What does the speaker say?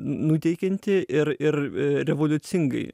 n nuteikianti ir ir e revoliucingai